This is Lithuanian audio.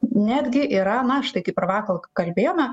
netgi yra na štai kaip ir vakar kalbėjome